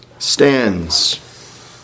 stands